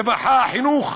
רווחה, חינוך,